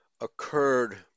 occurred